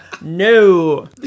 No